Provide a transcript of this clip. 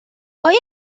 آیا